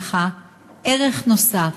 בפניך ערך נוסף,